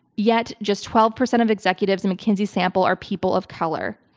yet just twelve percent of executives in mckinsey's sample are people of color.